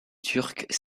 turcs